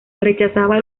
rechazaba